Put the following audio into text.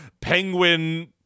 Penguin